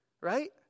right